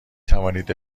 توانید